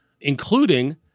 including